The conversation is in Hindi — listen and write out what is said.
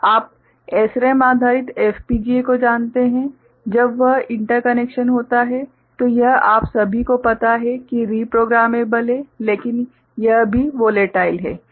आप SRAM आधारित FPGA को जानते हैं जब यह इंटरकनेक्शन होता है तो यह आप सभी को पता है कि रीप्रोग्रामेबल है लेकिन यह भी वोलेटाइल है ठीक है